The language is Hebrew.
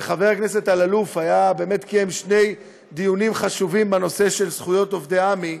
וחבר הכנסת אלאלוף קיים שני דיונים חשובים בנושא של זכויות עובדי עמ"י,